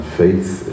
faith